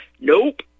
Nope